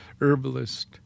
herbalist